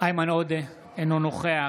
איימן עודה, אינו נוכח